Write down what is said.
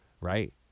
right